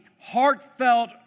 heartfelt